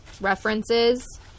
references